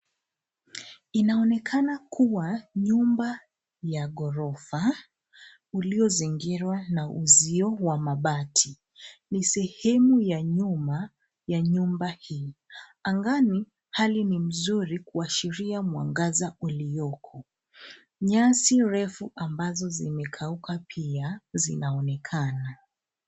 Inaonekana kuwa nyumba ya ghorofa uliozingira na uzio wa mabati. Ni sehemu ya nyuma ya nyumba hii. Angani hali ni mzuri kuashiria mwangaza ulioko. Nyasi refu ambazo zimekauka pia zinaonekana.